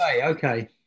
okay